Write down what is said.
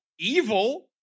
Evil